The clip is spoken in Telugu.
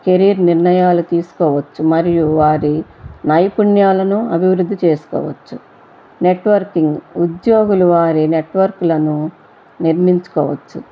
కెరియర్ నిర్ణయాలు తీసుకోవచ్చు మరియు వారి నైపుణ్యాలను అభివృద్ధి చేసుకోవచ్చు నెట్వర్కింగ్ ఉద్యోగులు వారి నెట్వర్క్లను నిర్మించుకోవచ్చు